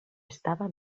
estava